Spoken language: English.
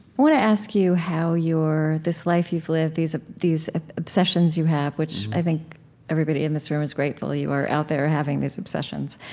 want to ask you how your this life you've lived, these ah these obsessions you have which i think everybody in this room is grateful you are out there having these obsessions